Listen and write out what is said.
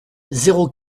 zéro